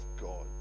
God